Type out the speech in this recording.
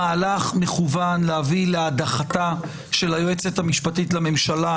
זה מהלך מכוון להביא להדחתה של היועצת המשפטית לממשלה,